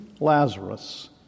Lazarus